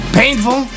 painful